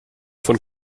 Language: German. von